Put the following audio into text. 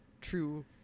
true